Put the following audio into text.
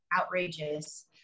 outrageous